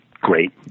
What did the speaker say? great